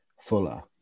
Fuller